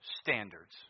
standards